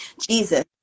Jesus